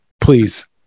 Please